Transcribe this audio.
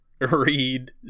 read